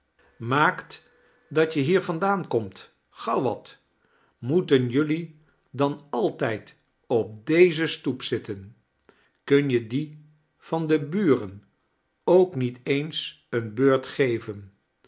maakt dat je hier vandaan komt gauw wat moeten jullie dan altijd op deze stoep zitten kim je die van de buren ook niet eens eene beurt geven